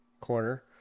corner